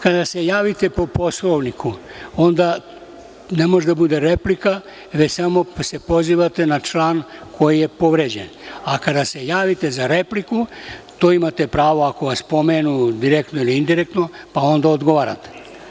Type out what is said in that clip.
Kada se javite po Poslovniku, onda ne može da bude replika, već samo se pozivate na član koji je povređen, a kada se javite za repliku, tu imate pravo ako vas pomenu direktno ili indirektno, pa onda odgovarate.